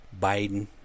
Biden